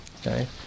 Okay